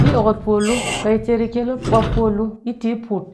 yi okot poolu kat yi ter yi kyel mop ɓwap poolu yitayi put